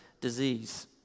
disease